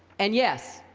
and yes,